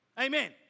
amen